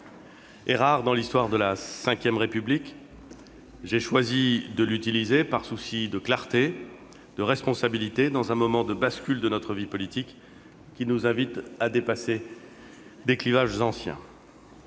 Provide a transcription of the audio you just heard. est rare dans l'histoire de la V République. J'ai choisi de l'utiliser par souci de clarté et de responsabilité, dans un moment de bascule de notre vie politique qui nous invite à dépasser des clivages anciens.